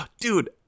dude